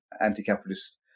anti-capitalist